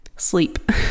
sleep